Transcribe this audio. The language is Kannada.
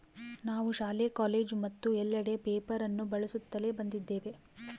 ನಾವು ಶಾಲೆ, ಕಾಲೇಜು ಮತ್ತು ಎಲ್ಲೆಡೆ ಪೇಪರ್ ಅನ್ನು ಬಳಸುತ್ತಲೇ ಬಂದಿದ್ದೇವೆ